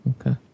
Okay